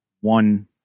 one